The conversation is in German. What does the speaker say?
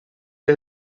der